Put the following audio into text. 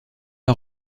pas